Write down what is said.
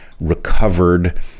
recovered